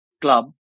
club